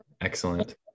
Excellent